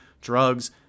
drugs –